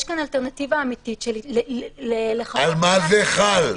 יש כאן אלטרנטיבה אמיתית --- על מה זה חל?